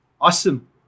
awesome